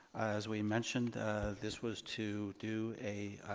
as we mentioned this was to do a,